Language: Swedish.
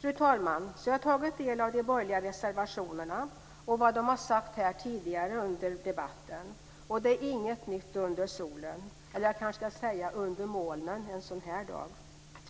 Fru talman! Så har jag tagit del av de borgerliga reservationerna och vad de borgerliga sagt här tidigare under debatten, och det är inget nytt under solen - eller ska jag kanske säga under molnen en sådan här dag.